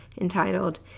entitled